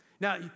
Now